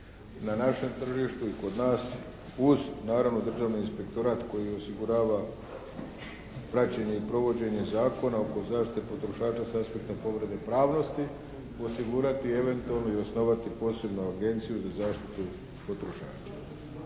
na našem tržištu i kod nas uz naravno Državni inspektorat koji osigurava praćenje i provođenje zakona oko zaštite potrošača sa aspekta povrede pravnosti, osigurati eventualno i osnovati posebnu agenciju za zaštitu potrošača.